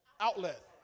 outlet